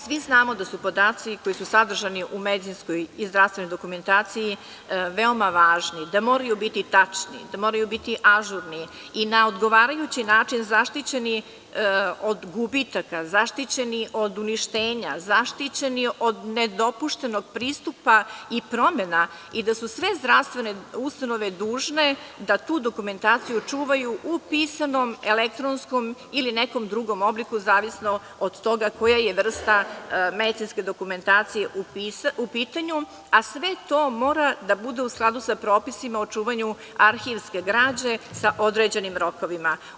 Svi znamo da su podaci koji su sadržani u medicinskoj i zdravstvenoj dokumentaciji veoma važni, da moraju biti tačni, da moraju biti ažurni i na odgovarajući način zaštićeni od gubitaka, zaštićeni od uništenja, zaštićeni od dopuštenog pristupa i promena i da su sve zdravstvene ustanove dužne da tu dokumentaciju čuvaju u pisanom elektronskom ili nekom drugom obliku, zavisno od toga koja je vrsta medicinske dokumentacije u pitanju, a sve to mora da bude u skladu sa propisima o čuvanju arhivske građe sa određenim rokovima.